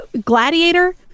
Gladiator